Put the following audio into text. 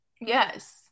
Yes